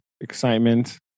excitement